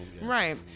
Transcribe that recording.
right